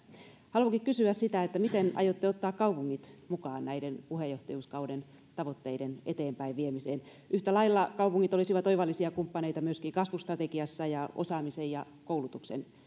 haluankin kysyä sitä miten aiotte ottaa kaupungit mukaan näiden puheenjohtajuuskauden tavoitteiden eteenpäinviemiseen yhtä lailla kaupungit olisivat oivallisia kumppaneita myöskin kasvustrategiassa ja osaamisen ja koulutuksen